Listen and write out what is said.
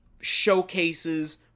showcases